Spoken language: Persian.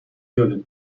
یادت